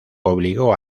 obligó